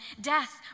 death